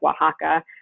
Oaxaca